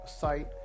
site